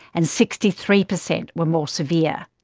and sixty three percent were more severe.